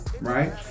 right